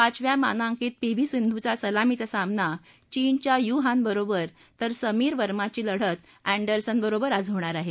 पाचव्या मानांकित P V सिंधूचा सलामीचा सामना चीनच्या यू हान बरोबर तर समीर वर्माची लढत अँडॉरसन बरोबर आज होणार आहे